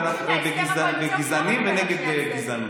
ואנחנו נגד גזענות ונגד גזענים.